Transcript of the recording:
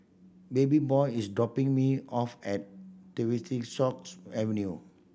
Babyboy is dropping me off at stock's Avenue